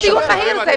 איזה מין דיון מהיר זה?